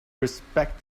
respect